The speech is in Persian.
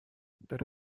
داره